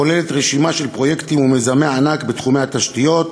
הכוללת רשימת פרויקטים ומיזמי ענק בתחומי התשתיות,